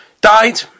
died